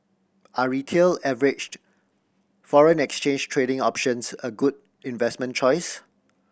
are Retail foreign exchange trading options a good investment choice